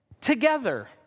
together